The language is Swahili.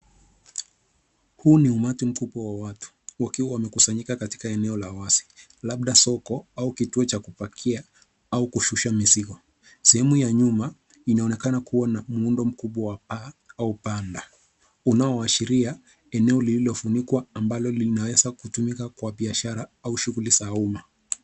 Huu ni umati mkubwa wa watu wakiwa wamekusnyika katika eneo la wazi, labda soko au kituo cha kupakia au kushusha mizigo. Sehemu ya nyuma inaonekana kuwa na muundo mkubwa wa paa au banda unaoashiria eneo lililofunikwa ambalo linaweza kutumika kwa biashara au shughuli za umma.